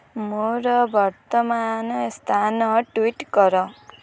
ମୋର ବର୍ତ୍ତମାନ ସ୍ଥାନ ଟୁଇଟ୍ କର